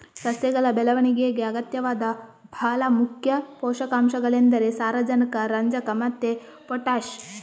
ಸಸ್ಯಗಳ ಬೆಳವಣಿಗೆಗೆ ಅಗತ್ಯವಾದ ಭಾಳ ಮುಖ್ಯ ಪೋಷಕಾಂಶಗಳೆಂದರೆ ಸಾರಜನಕ, ರಂಜಕ ಮತ್ತೆ ಪೊಟಾಷ್